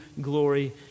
glory